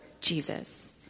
Jesus